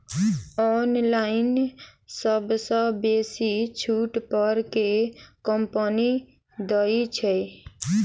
Online सबसँ बेसी छुट पर केँ कंपनी दइ छै?